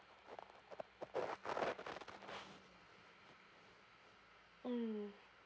mm